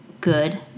good